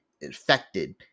infected